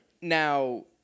Now